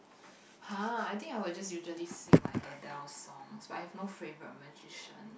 !huh! I think I'll just usually sing like Adele songs but I've no favorite musician